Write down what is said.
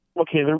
Okay